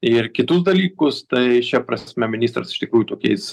ir kitus dalykus tai šia prasme ministras iš tikrųjų tokiais